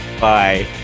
Bye